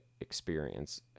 experience